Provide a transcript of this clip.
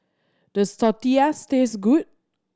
does Tortillas taste good